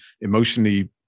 emotionally